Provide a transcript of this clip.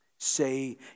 Say